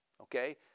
okay